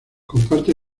comparte